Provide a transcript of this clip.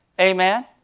Amen